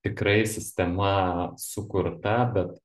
tikrai sistema sukurta bet